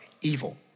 evil